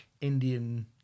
indian